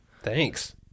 Thanks